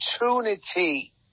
opportunity